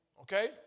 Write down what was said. Okay